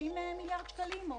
30 מיליארד שקלים?